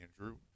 Andrew